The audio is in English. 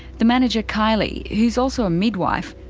the manager kylie, who's also a midwife,